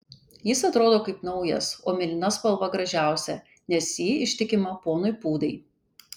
jis atrodo kaip naujas o mėlyna spalva gražiausia nes ji ištikima ponui pūdai